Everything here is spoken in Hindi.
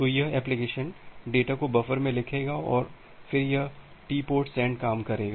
तो यह एप्लिकेशन डेटा को बफर में लिखेगा और फिर यह TportSend काम करेगा